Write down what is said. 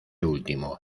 último